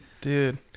Dude